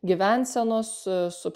gyvensenos su